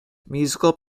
musical